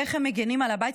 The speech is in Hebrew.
ואיך הם מגינים על הבית.